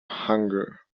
hunger